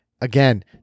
Again